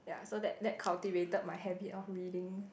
ya so that that cultivated my habit of reading